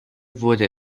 wurde